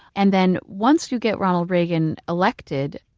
and then, once you get ronald reagan elected,